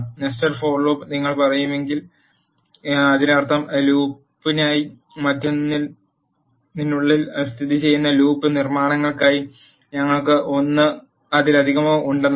nested for loop നിങ്ങൾ പറയുമ്പോൾ അതിനർത്ഥം ലൂപ്പിനായി മറ്റൊന്നിനുള്ളിൽ സ്ഥിതിചെയ്യുന്ന ലൂപ്പ് നിർമ്മാണങ്ങൾക്കായി ഞങ്ങൾക്ക് ഒന്നോ അതിലധികമോ ഉണ്ടെന്നാണ്